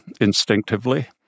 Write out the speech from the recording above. instinctively